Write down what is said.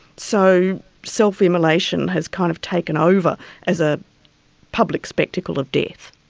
so self-immolation has kind of taken over as a public spectacle of death.